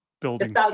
building